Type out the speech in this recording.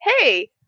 hey